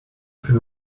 can